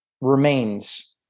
remains